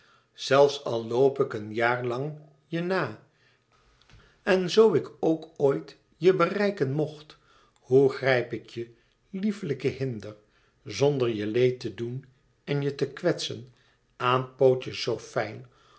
zelfs al loop ik een jaar lang je na en zoo ik ook ooit je bereiken mocht hoe grijp ik je lieflijke hinde zonder je leed te doen en je te kwetsen aan pootje zoo fijn